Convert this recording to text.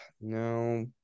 No